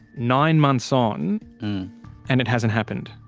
nine months on and it hasn't happened?